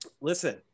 Listen